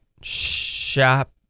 Shop